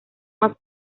más